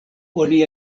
oni